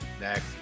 next